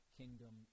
kingdom